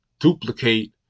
duplicate